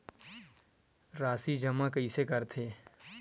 राशि जमा कइसे करथे?